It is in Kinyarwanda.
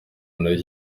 nawe